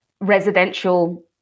residential